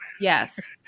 Yes